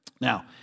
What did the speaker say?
Now